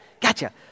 Gotcha